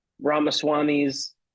Ramaswamy's